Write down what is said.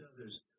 others